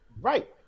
Right